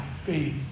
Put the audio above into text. faith